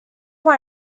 why